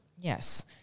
Yes